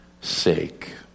sake